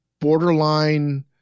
borderline